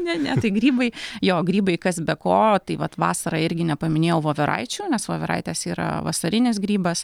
ne ne tai grybai jo grybai kas be ko tai vat vasarą irgi nepaminėjau voveraičių nes voveraitės yra vasarinis grybas